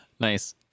Nice